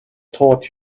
taught